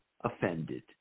offended